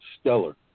stellar